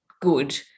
good